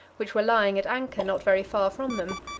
which were lying at anchor not very far from them.